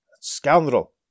scoundrel